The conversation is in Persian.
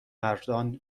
مردان